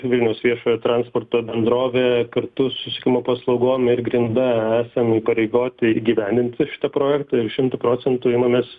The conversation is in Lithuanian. vilniaus viešojo transporto bendrovė kartu su seimo paslaugom ir grinda esam įpareigoti įgyvendinti šitą projektą ir šimtu procentų imamės